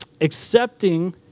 Accepting